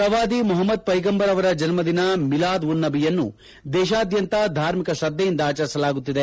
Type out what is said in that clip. ಪ್ರವಾದಿ ಮೊಪಮ್ದ್ ಪ್ರೆಗಂಬರ್ ಅವರ ಜನ್ನದಿನ ಮೀಲಾದ್ ಉನ್ ನಜಿಯನ್ನು ದೇಶಾದ್ದಂತ ಧಾರ್ಮಿಕ ಶ್ರದ್ದೆಯಿಂದ ಆಚರಿಸಲಾಗುತ್ತಿದೆ